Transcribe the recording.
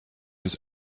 his